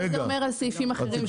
מה זה אומר על סעיפים אחרים.